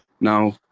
Now